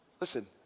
Listen